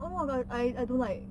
oh my god I I don't like